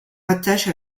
rattache